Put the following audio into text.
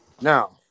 now